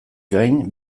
gain